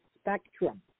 spectrum